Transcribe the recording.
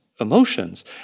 emotions